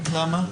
למה?